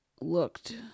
looked